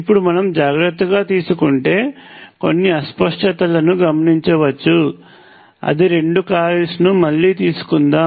ఇప్పుడు మనం జాగ్రత్తగా ఉంటే కొన్ని అస్పష్టతలను గమనించవచ్చు అది రెండు కాయిల్స్ను మళ్ళీ తీసుకుందాం